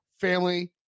family